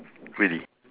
really